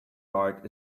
art